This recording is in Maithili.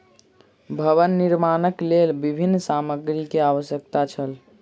भवन निर्माणक लेल विभिन्न सामग्री के आवश्यकता छल